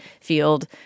field